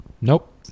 Nope